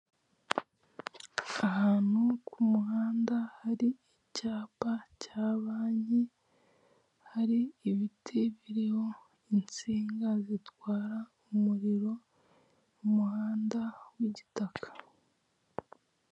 Ahantu ku muhanda hari icyapa cya banki, hari ibiti biriho insinga zitwara umuriro, umuhanda w'igitaka.